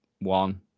one